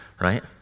right